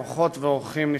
אורחות ואורחים נכבדים,